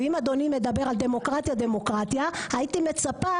ואם אדוני מדבר על דמוקרטיה, דמוקרטיה, הייתי מצפה